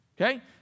Okay